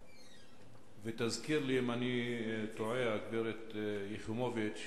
ותזכיר לי אם אני טועה הגברת יחימוביץ,